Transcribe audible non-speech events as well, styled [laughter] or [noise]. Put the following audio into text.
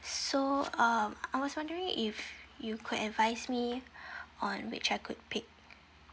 so um I was wondering if you could advise me [breath] on which I could pick